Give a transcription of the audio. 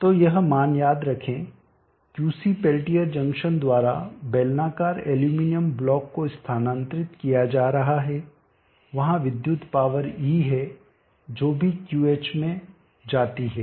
तो यह मान याद रखें Qc पेल्टियर जंक्शन द्वारा बेलनाकार एल्यूमीनियम ब्लॉक को स्थानांतरित किया जा रहा है वहां विद्युत पावर E है जो भी QH में जाती है